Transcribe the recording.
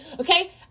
Okay